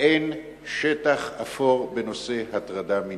אין שטח אפור בנושא הטרדה מינית.